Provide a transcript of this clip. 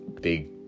big